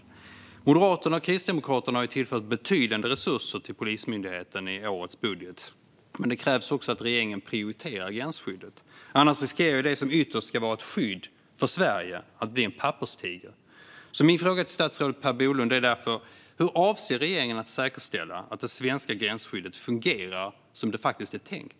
Moderaterna och Kristdemokraterna har tillfört betydande resurser till Polismyndigheten i årets budget. Men det krävs också att regeringen prioriterar gränsskyddet. Annars riskerar det som ytterst ska vara ett skydd för Sverige att bli en papperstiger. Min fråga till statsrådet Per Bolund är därför: Hur avser regeringen att säkerställa att det svenska gränsskyddet fungerar som det faktiskt är tänkt?